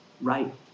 right